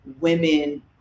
women